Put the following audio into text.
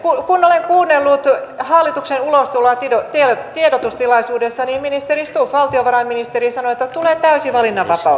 kun minä kuuntelin hallituksen ulostuloa tiedotustilaisuudessa valtiovarainministeri stubb sanoi että tulee täysi valinnanvapaus